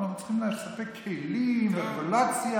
אנחנו צריכים לספק כלים ורגולציה,